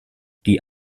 die